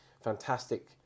fantastic